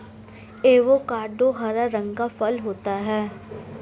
avocado हरा रंग का फल होता है